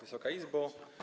Wysoka Izbo!